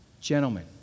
Gentlemen